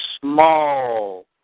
small